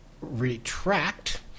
Retract